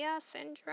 syndrome